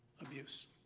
abuse